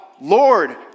Lord